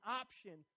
option